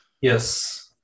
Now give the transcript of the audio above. Yes